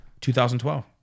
2012